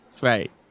right